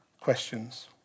questions